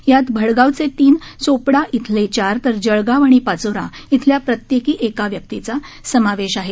यात भडगावचे तीन चोपडा इथले चार तर जळगाव आणि पाचोरा इथल्या प्रत्येकी एका व्यक्तीचा समावेश आहे